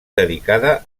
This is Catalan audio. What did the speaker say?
dedicada